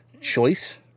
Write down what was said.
choice